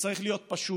שצריך להיות פשוט,